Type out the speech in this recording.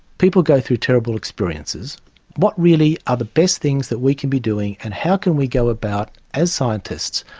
people go through terrible experiences what really are the best things that we can be doing and how can we go about, as scientists,